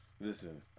Listen